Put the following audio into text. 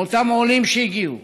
מאותם עולים שהגיעו,